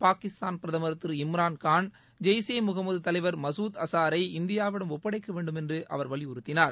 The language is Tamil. பாகிஸ்தான் பிரதமர் திரு இம்ரான் கான் ஜெய் ஷே முகமது தலைவர் மசூத் ஆசாரை இந்தியாவிடம் ஒப்படைக்க வேண்டுமென்று அவர் வலியுறுத்தினார்